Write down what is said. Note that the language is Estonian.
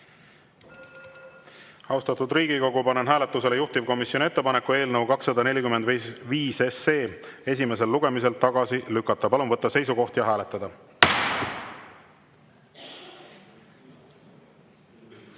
juurde. Austatud Riigikogu, panen hääletusele juhtivkomisjoni ettepaneku eelnõu 245 esimesel lugemisel tagasi lükata. Palun võtta seisukoht ja hääletada!